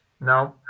No